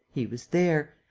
he was there!